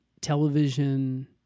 television